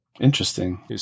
Interesting